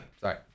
Sorry